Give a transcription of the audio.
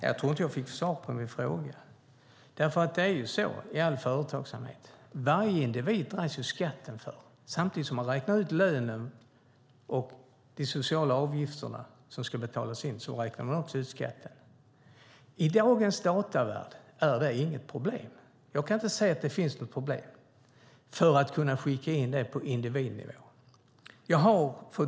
Fru talman! Jag tror inte att jag fick svar på min fråga. I all företagsamhet dras det skatt för varje individ. Samtidigt som man räknar ut lönen och de sociala avgifterna som ska betalas in räknar man också ut skatten. I dagens datavärld är det inget problem. Jag kan inte se att det finns något problem när det gäller att skicka in det på individnivå. Fru talman!